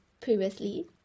previously